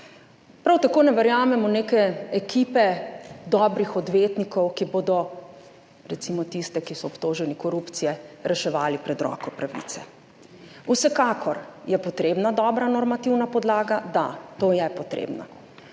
Prav tako ne verjamem v neke ekipe dobrih odvetnikov, ki bodo, recimo, tiste, ki so obtoženi korupcije, reševali pred roko pravice. Vsekakor je potrebna dobra normativna podlaga. Da, to je potrebna.